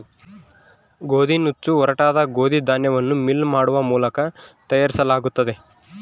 ಗೋದಿನುಚ್ಚು ಒರಟಾದ ಗೋದಿ ಧಾನ್ಯವನ್ನು ಮಿಲ್ ಮಾಡುವ ಮೂಲಕ ತಯಾರಿಸಲಾಗುತ್ತದೆ